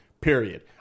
period